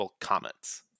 comments